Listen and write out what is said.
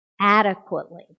adequately